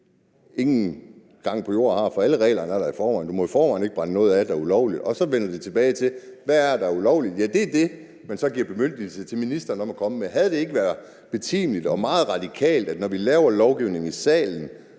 ingen gang på jorden har, for alle reglerne er der i forvejen. Du må i forvejen ikke brænde noget af, der er ulovligt. Så vender vi tilbage til: Hvad er det, der er ulovligt? Ja, det er det, man så giver bemyndigelse til ministeren til at komme med. Havde det ikke være betimeligt og meget radikalt, at når vi laver lovgivning om i salen,